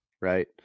Right